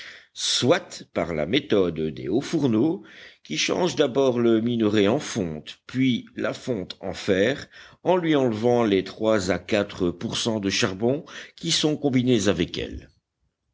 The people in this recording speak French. soit par la méthode des hauts fourneaux qui change d'abord le minerai en fonte puis la fonte en fer en lui enlevant les trois à quatre pour cent de charbon qui sont combinés avec elle